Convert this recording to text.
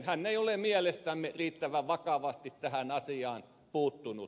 hän ei ole mielestämme riittävän vakavasti tähän asiaan puuttunut